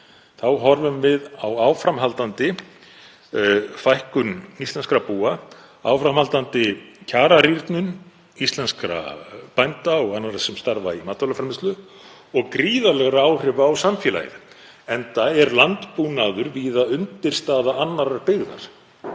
þá horfum við á áframhaldandi fækkun íslenskra búa, áframhaldandi kjararýrnun íslenskra bænda og annarra sem starfa í matvælaframleiðslu og gríðarleg áhrif á samfélagið, enda er landbúnaður víða undirstaða annarrar byggðar.